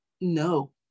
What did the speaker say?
No